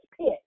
pit